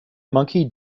monkey